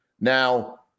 now